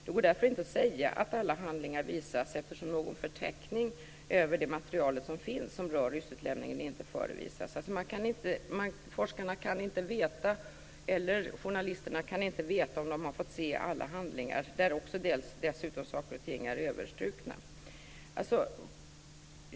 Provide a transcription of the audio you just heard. Det går därför inte att säga att alla handlingar visas eftersom någon förteckning över det material som finns som rör ryssutlämningen inte förevisas. Forskarna och journalisterna kan inte veta om de har fått se alla handlingar. Dessutom är saker och ting i handlingarna delvis överstrukna.